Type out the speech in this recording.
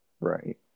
Right